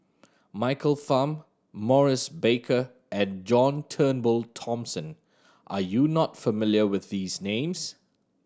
Michael Fam Maurice Baker and John Turnbull Thomson are you not familiar with these names